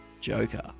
Joker